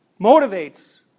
motivates